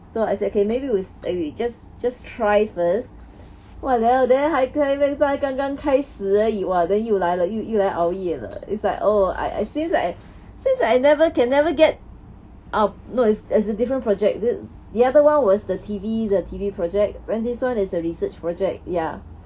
so I said okay maybe we we just just try first !walao! then 还那边才刚刚开始而已 !wah! then 又来了又又来熬夜了 is like oh I I seems like seems like I never can never get um no is is a different project the the other [one] was the T_V the T_V project then this [one] is the research project ya